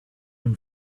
own